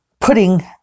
putting